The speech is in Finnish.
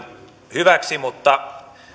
hyväksi mutta